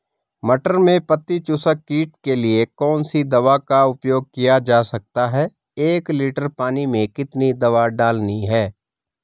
मटर में पत्ती चूसक कीट के लिए कौन सी दवा का उपयोग किया जा सकता है एक लीटर पानी में कितनी दवा डालनी है?